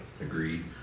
Agreed